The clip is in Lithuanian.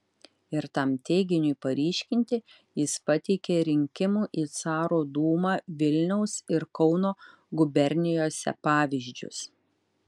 ir tam teiginiui paryškinti jis pateikė rinkimų į caro dūmą vilniaus ir kauno gubernijose pavyzdžius